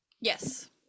Yes